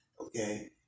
Okay